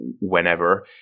whenever